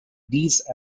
these